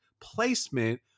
placement